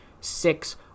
six